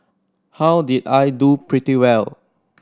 how did I do pretty well